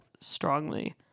strongly